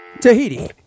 Tahiti